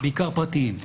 בעיקר פרטיים.